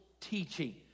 teaching